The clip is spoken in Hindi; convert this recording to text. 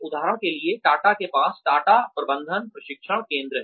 उदाहरण के लिए टाटा के पास टाटा प्रबंधन प्रशिक्षण केंद्र है